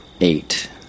Eight